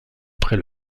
après